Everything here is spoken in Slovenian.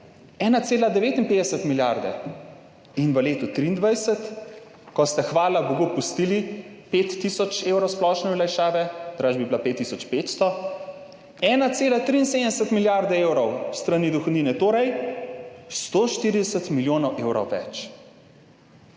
1,59 milijarde in v letu 2023, ko ste hvala bogu pustili 5 tisoč evrov splošne olajšave, drugače bi bila 5 tisoč 500, 1,73 milijarde evrov s strani dohodnine, torej 140 milijonov evrov več.